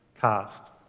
cast